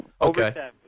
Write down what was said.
Okay